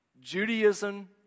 Judaism